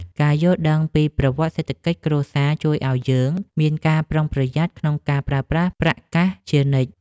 ការយល់ដឹងពីប្រវត្តិសេដ្ឋកិច្ចគ្រួសារជួយឱ្យយើងមានការប្រុងប្រយ័ត្នក្នុងការប្រើប្រាស់ប្រាក់កាសជានិច្ច។